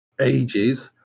ages